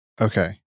Okay